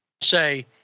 say